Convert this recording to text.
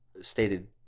stated